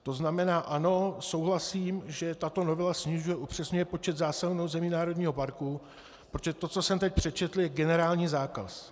To znamená ano, souhlasím, že tato novela snižuje, upřesňuje počet zásahů na území národního parku, protože to, co jsem teď přečetl, je generální zákaz.